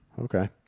Okay